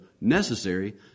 necessary